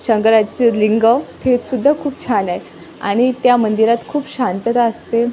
शंंकराजचे लिंग ते सुद्धा खूप छान आहे आणि त्या मंदिरात खूप शांतता असते